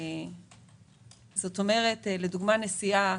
לדוגמה נסיעה